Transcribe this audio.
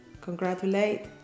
congratulate